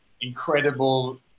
incredible